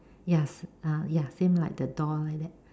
ya s~ ah ya same like the door like that